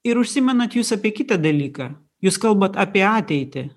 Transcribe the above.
ir užsimenat jūs apie kitą dalyką jūs kalbat apie ateitį